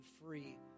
free